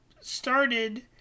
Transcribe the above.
started